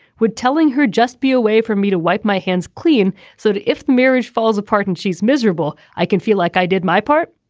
would telling her just be a way for me to wipe my hands clean. so if marriage falls apart and she's miserable i can feel like i did my part.